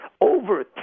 over